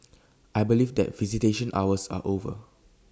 I believe that visitation hours are over